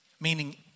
meaning